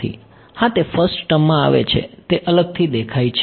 હા 0 તરીકે વિદ્યાર્થી હા તે ફર્સ્ટ ટર્મ માં આવે છે તે અલગથી દેખાય છે